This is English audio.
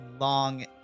long